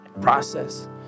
process